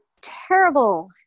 terrible